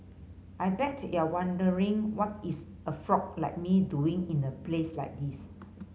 I bet you're wondering what is a frog like me doing in a place like this